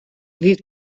від